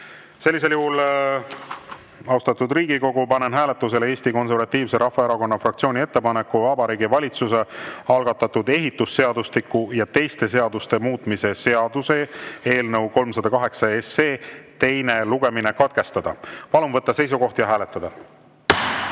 Sellisel juhul, austatud Riigikogu, panen hääletusele Eesti Konservatiivse Rahvaerakonna fraktsiooni ettepaneku Vabariigi Valitsuse algatatud ehitusseadustiku ja teiste seaduste muutmise seaduse eelnõu 308 teine lugemine katkestada. Palun võtta seisukoht ja hääletada!